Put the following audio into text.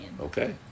okay